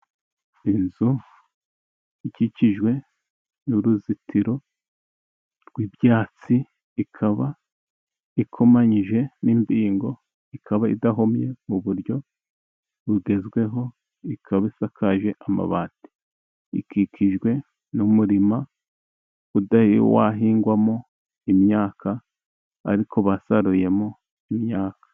Inzu ikikijwe n'uruzitiro rw'ibyatsi, ikaba ikomanyije n'imbigo, ikaba idahomye mu buryo bugezweho ,bikaba bisakaje amabati ,ikikijwe n'umurima utari wahingwamo imyaka ,ariko basaruyemo imyaka.